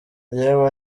yewe